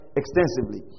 extensively